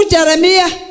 Jeremiah